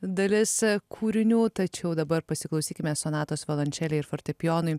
dalis kūrinių tačiau dabar pasiklausykime sonatos violončelei ir fortepijonui